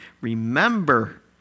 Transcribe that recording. Remember